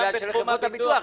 מכיוון שלחברות הביטוח יש כוח.